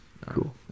cool